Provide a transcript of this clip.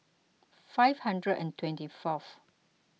five hundred and twenty fourth